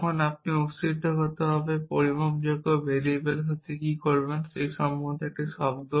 তখন আপনি অস্তিত্বগতভাবে পরিমাপকৃত ভেরিয়েবলের সাথে কী করবেন সে সম্পর্কে একটি শব্দ